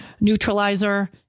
neutralizer